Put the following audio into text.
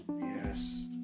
yes